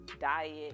diet